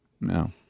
No